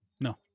no